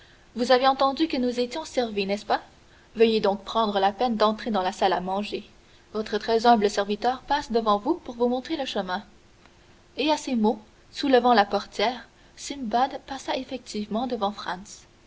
vous avez entendu que nous étions servis n'est-ce pas veuillez donc prendre la peine d'entrer dans la salle à manger votre très humble serviteur passe devant vous pour vous montrer le chemin et à ces mots soulevant la portière simbad passa effectivement devant